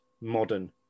modern